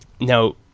Now